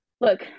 look